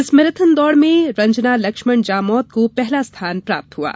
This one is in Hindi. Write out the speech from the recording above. इस मैराथन में रंजना लक्ष्मण जामोद को पहला स्थान प्राप्त हुआ है